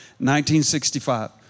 1965